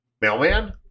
mailman